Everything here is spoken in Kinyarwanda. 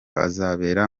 azabera